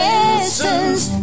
Lessons